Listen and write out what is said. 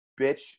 bitch